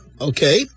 okay